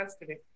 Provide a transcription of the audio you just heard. today